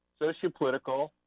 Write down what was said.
sociopolitical